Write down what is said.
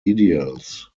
ideals